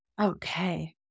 Okay